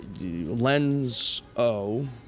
LENS-O